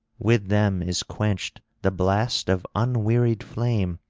with them is quenched the blast of unwearied flame,